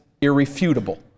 irrefutable